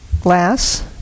Glass